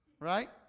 right